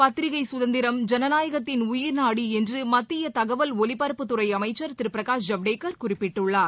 பத்திரிகை சுதந்திரம் ஜனநாயகத்தின் உயிர்நாடி என்று மத்திய தகவல் ஒலிபரப்பு அமைச்சர் திரு பிரகாஷ் ஜவடேக்கர் குறிப்பிட்டுள்ளார்